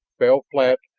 fell flat,